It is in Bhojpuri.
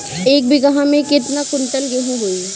एक बीगहा में केतना कुंटल गेहूं होई?